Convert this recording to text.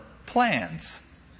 Plans